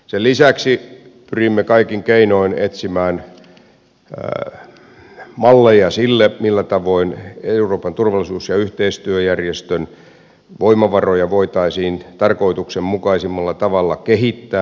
sen lisäksi pyrimme kaikin keinoin etsimään malleja sille millä tavoin euroopan turvallisuus ja yhteistyöjärjestön voimavaroja voitaisiin tarkoituksenmukaisimmalla tavalla kehittää